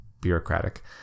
bureaucratic